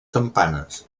campanes